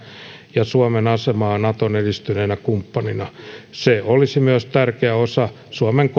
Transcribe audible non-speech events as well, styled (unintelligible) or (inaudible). ja suomen asemaa naton edistyneenä kumppanina se olisi myös tärkeä osa suomen (unintelligible)